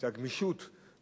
את הגמישות המקסימלית,